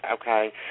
Okay